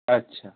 আচ্ছা